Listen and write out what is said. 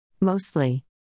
Mostly